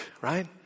right